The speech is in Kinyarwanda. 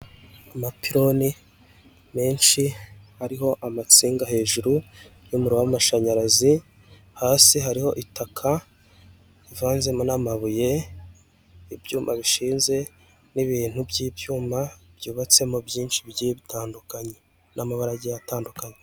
Amapironi menshi, ariho amatsinga hejuru y'umuriro w'amashanyarazi, hasi hariho itaka rivanzemo n'amabuye, ibyuma bishinze n'ibintu by'ibyuma byubatsemo byinshi bitandukanye, n'amabara agiye atandukanye.